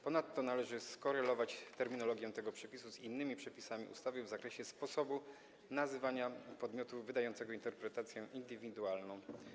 Ponadto należy skorelować terminologię tego przepisu z innymi przepisami ustawy w zakresie sposobu nazywania podmiotu wydającego interpretację indywidualną.